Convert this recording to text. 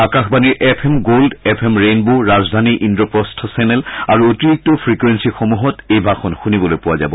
আকাশবাণীৰ F M Gold F M Rainbow Rajdhani Indraprastha channel আৰু অতিৰিক্ত ফ্ৰিকুয়েপীসমূহত এই ভাষণ শুনিবলৈ পোৱা যাব